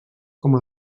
com